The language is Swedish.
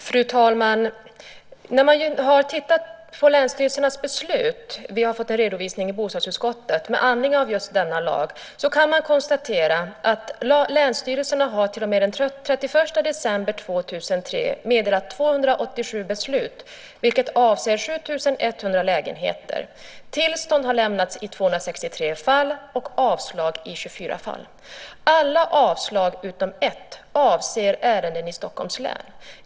Fru talman! När man har tittat på länsstyrelsernas beslut - vi har fått en redovisning i bostadsutskottet med anledning av just denna lag - kan man konstatera att länsstyrelserna till och med den 31 december 2003 har meddelat 287 beslut, vilka avser 7 100 lägenheter. Tillstånd har lämnats i 263 fall och avslag i 24 fall. Alla avslag utom ett avser ärenden i Stockholms län.